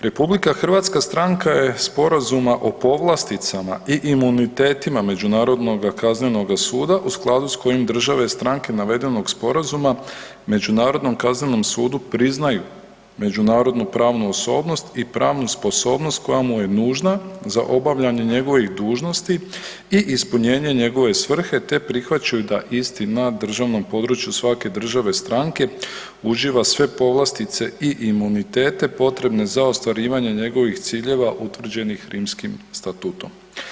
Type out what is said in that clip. Republika Hrvatska stranka je Sporazuma o povlasticama i imunitetima Međunarodnoga kaznenoga suda u skladu s kojim države stranke navedenog sporazuma Međunarodnom kaznenom sudu priznaju međunarodnu pravnu osobnost i pravnu sposobnost koja mu je nužna za obavljanje njegovih dužnosti i ispunjenje njegove svrhe te prihvaćaju da isti na državnom području svake države stranke uživa sve povlastice i imunitete potrebno za ostvarivanje njegovih ciljeva utvrđenih Rimskim statutom.